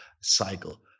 cycle